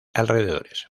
alrededores